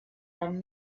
awn